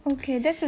okay that's a